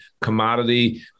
commodity